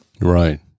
right